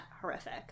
horrific